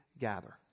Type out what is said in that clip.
gather